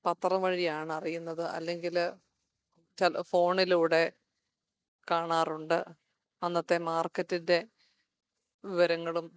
പത്രം വഴിയാണ് അറിയുന്നത് അല്ലെങ്കിൽ ഫോണിലൂടെ കാണാറുണ്ട് അന്നത്തെ മാർക്കറ്റിൻ്റെ വിവരങ്ങളും